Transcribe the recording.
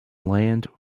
land